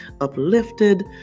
uplifted